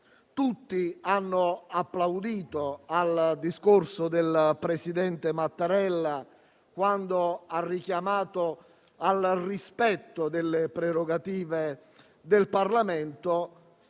Tutti hanno applaudito il discorso del presidente Mattarella quando ha richiamato al rispetto delle prerogative del Parlamento